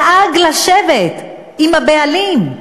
דאג לשבת עם הבעלים,